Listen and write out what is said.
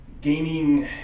Gaining